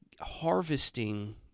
harvesting